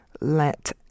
Let